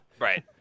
Right